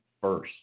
first